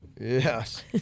Yes